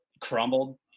crumbled